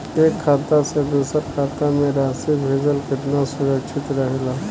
एक खाता से दूसर खाता में राशि भेजल केतना सुरक्षित रहेला?